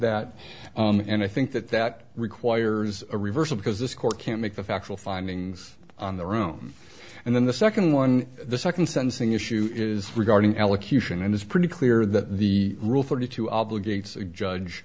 that and i think that that requires a reversal because this court can't make the factual findings on their own and then the second one the second sensing issue is regarding elocution and it's pretty clear that the rule thirty two obligates a judge